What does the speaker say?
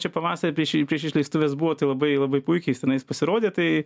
čia pavasarį prieš i prieš išleistuves buvo tai labai labai puikiai jis tenais pasirodė tai